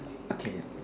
okay